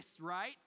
right